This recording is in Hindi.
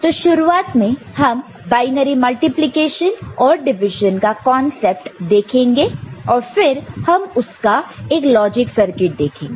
तो शुरुआत में हम बायनरी मल्टीप्लिकेशन और डिविजन का कांसेप्ट देखेंगे और फिर हम उसका एक लॉजिक सर्किट देखेंगे